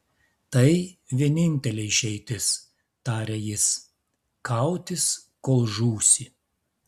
tai vienintelė išeitis tarė jis kautis kol žūsi